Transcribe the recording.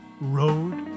road